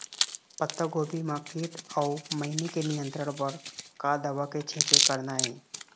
पत्तागोभी म कीट अऊ मैनी के नियंत्रण बर का दवा के छींचे करना ये?